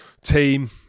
team